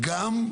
גם,